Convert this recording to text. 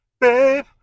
Babe